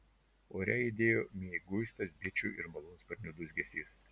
ore aidėjo mieguistas bičių ir malūnsparnių dūzgesys